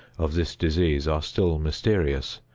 of this disease are still mysterious,